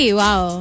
wow